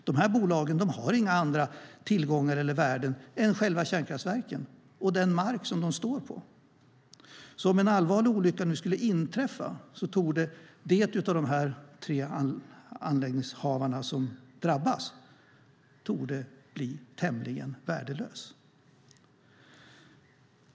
De bolagen har inga andra tillgångar eller värden än själva kärnkraftverken och den mark de står på. Om en allvarlig olycka skulle inträffa torde den av de tre anläggningshavarna som drabbas bli tämligen värdelös.